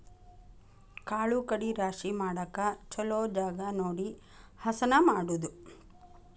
ಕಾಳು ಕಡಿ ರಾಶಿ ಮಾಡಾಕ ಚುಲೊ ಜಗಾ ನೋಡಿ ಹಸನ ಮಾಡುದು